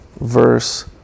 verse